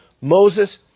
Moses